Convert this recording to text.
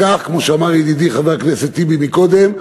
כמו שאמר ידידי חבר הכנסת טיבי קודם,